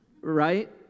right